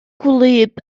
gwlyb